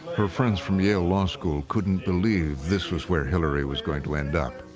her friends from yale law school couldn't believe this was where hillary was going to end up.